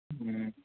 ہوں